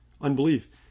unbelief